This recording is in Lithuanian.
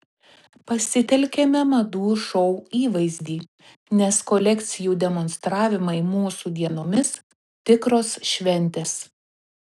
pasitelkėme madų šou įvaizdį nes kolekcijų demonstravimai mūsų dienomis tikros šventės